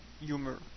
humor